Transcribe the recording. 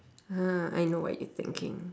!huh! I know what you thinking